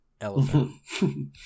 Elephant